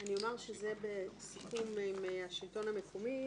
אני אומר שזה בסיכום עם השלטון המקומי.